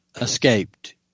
escaped